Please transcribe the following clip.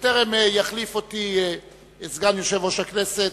בטרם יחליף אותי סגן יושב-ראש הכנסת,